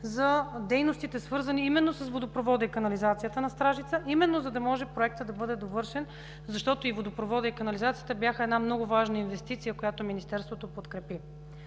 за дейностите, свързани именно с водопровода и канализацията на Стражица, именно за да може проектът да бъде довършен, защото и водопроводът, и канализацията бяха много важна инвестиция, която Министерството подкрепи.